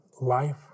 life